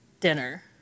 dinner